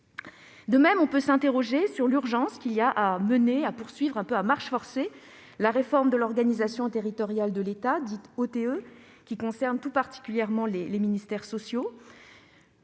De même, on peut s'interroger sur l'urgence qu'il y a à poursuivre, un peu à marche forcée, la réforme de l'organisation territoriale de l'État (OTE), qui concerne tout particulièrement les ministères sociaux.